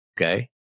okay